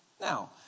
Now